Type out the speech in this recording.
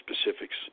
specifics